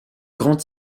grand